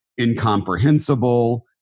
incomprehensible